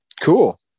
Cool